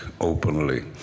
openly